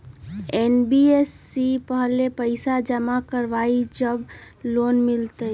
NBFC पहले पईसा जमा करवहई जब लोन मिलहई?